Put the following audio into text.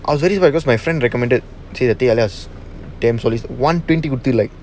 I already because my friend recommended teh halia one twenty would do like